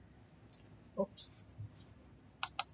!oops!